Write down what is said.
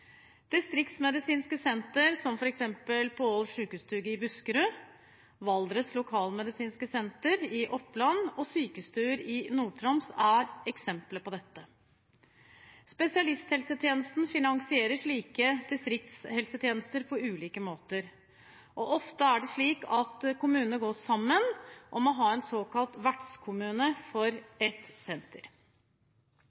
Distriktsmedisinske sentre som Hallingdal sjukestugu i Buskerud, Valdres lokalmedisinske senter i Oppland og sykestuer i Nord-Troms er eksempler på dette. Spesialisthelsetjenesten finansierer slike distriktshelsetjenester på ulike måter. Ofte er det slik at kommunene går sammen om å ha en såkalt vertskommune for ett senter.